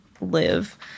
live